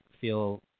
feel